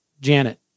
Janet